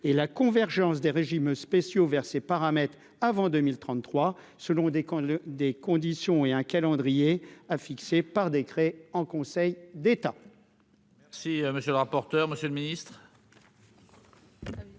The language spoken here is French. et la convergence des régimes spéciaux vers paramètres avant 2033 selon des quand le des conditions et un calendrier, a fixé par décret en Conseil d'État.